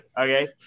Okay